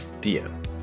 DM